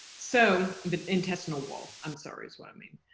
so the intestinal wall i'm sorry is what i mean.